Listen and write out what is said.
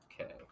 okay